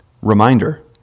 Reminder